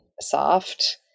soft